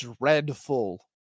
dreadful